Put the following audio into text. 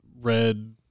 red